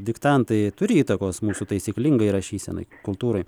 diktantai turi įtakos mūsų taisyklingai rašysenai kultūrai